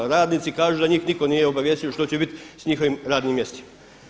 Radnici kažu da njih nitko nije obavijestio što će biti s njihovim radnim mjestima.